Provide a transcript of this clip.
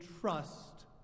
trust